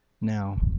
now